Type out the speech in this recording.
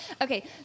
Okay